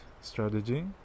strategy